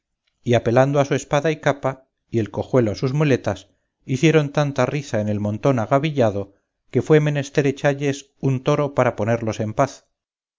y apelando a su espada y capa y el cojuelo a sus muletas hicieron tanta riza en el montón agavillado que fué menester echalles un toro para ponellos en paz